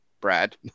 Brad